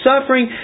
suffering